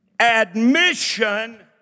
Admission